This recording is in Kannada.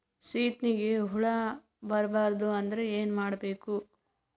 ಸೀತ್ನಿಗೆ ಹುಳ ಬರ್ಬಾರ್ದು ಅಂದ್ರ ಏನ್ ಮಾಡಬೇಕು?